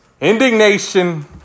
Indignation